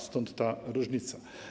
Stąd ta różnica.